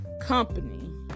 company